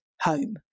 home